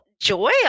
joy